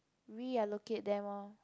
reallocate them orh